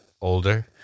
older